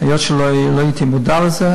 היות שלא הייתי מודע לזה,